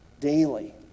daily